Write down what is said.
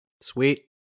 Sweet